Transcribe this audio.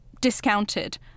discounted